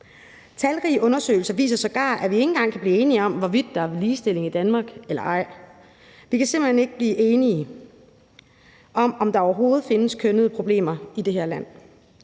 Talrige undersøgelser viser sågar, at vi ikke engang kan blive enige om, hvorvidt der er ligestilling i Danmark eller ej. Vi kan simpelt hen ikke blive enige om, om der overhovedet findes kønnede problemer i det her land.